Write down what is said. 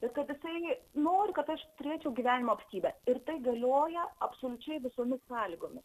ir kad jisai nori kad aš turėčiau gyvenimo apstybę ir tai galioja absoliučiai visomis sąlygomis